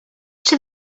czy